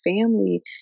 family